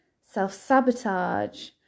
self-sabotage